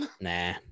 Nah